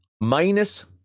minus